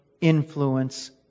influence